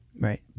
right